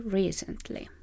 recently